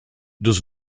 does